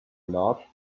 large